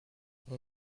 mon